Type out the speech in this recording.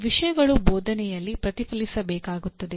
ಈ ವಿಷಯಗಳು ಬೋಧನೆಯಲ್ಲಿ ಪ್ರತಿಫಲಿಸಬೇಕಾಗುತ್ತದೆ